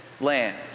land